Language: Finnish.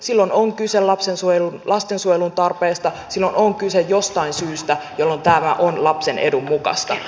silloin on kyse lastensuojelun tarpeesta silloin on kyse jostain syystä jolloin tämä on lapsen edun mukaista